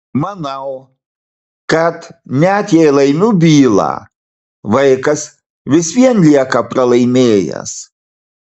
manau kad net jei laimiu bylą vaikas vis vien lieka pralaimėjęs